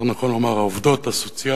יותר נכון לומר העובדות הסוציאליות,